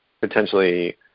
potentially